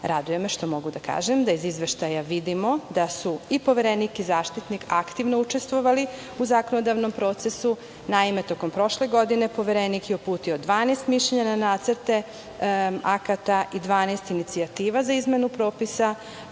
Raduje me što mogu da kažem da iz izveštaja vidimo da su i Poverenik i Zaštitnik aktivno učestvovali u zakonodavnom procesu. Naime, tokom prošle godine Poverenik je uputio 12 mišljenja na nacrte akata i 12 inicijativa za izmenu propisa,